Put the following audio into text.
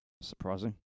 Surprising